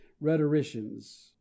rhetoricians